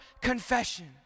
confession